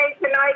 tonight